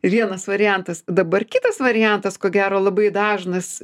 vienas variantas dabar kitas variantas ko gero labai dažnas